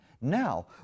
Now